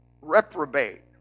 Reprobate